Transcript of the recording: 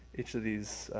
each of these